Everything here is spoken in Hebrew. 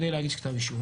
כדי להגיש כתב אישום.